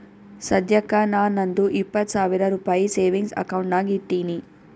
ಸದ್ಯಕ್ಕ ನಾ ನಂದು ಇಪ್ಪತ್ ಸಾವಿರ ರುಪಾಯಿ ಸೇವಿಂಗ್ಸ್ ಅಕೌಂಟ್ ನಾಗ್ ಇಟ್ಟೀನಿ